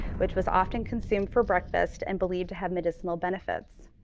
which was often consumed for breakfast and believed to have medicinal benefits.